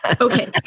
Okay